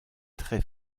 très